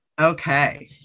Okay